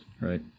right